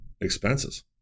expenses